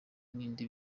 n’indi